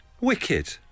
Wicked